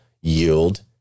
yield